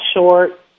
short